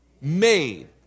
Made